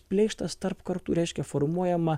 pleištas tarp kartų reiškia formuojama